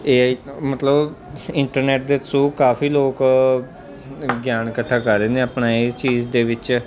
ਏ I ਮਤਲਬ internet ਦੇ ਸੋ ਕਾਫ਼ੀ ਲੋਕ ਗਿਆਨ ਇਕੱਠਾ ਕਰ ਰਹੇ ਨੇ ਆਪਣਾ ਇਸ ਚੀਜ਼ ਦੇ ਵਿੱਚ